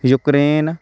Ukraine